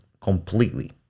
completely